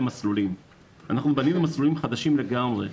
בנינו מסלולים חדשים לגמרי.